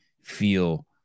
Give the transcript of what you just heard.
feel